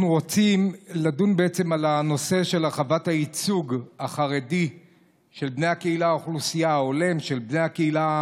אנחנו רוצים לדון על נושא הרחבת הייצוג החרדי ההולם של בני הקהילה,